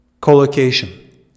Collocation